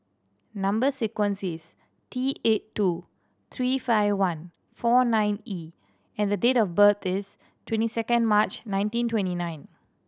number sequence is T eight two three five one four nine E and the date of birth is twenty second March nineteen twenty nine